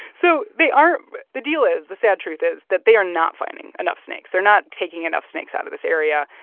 so they aren't the deal is, the sad truth is that they are not finding enough snakes. they're not taking enough snakes out of this area.